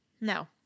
No